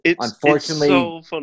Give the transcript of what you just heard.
unfortunately